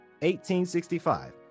1865